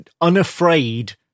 unafraid